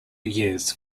years